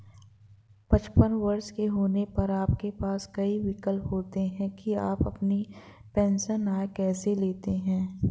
पचपन वर्ष के होने पर आपके पास कई विकल्प होते हैं कि आप अपनी पेंशन आय कैसे लेते हैं